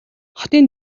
хотын